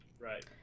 Right